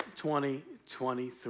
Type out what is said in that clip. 2023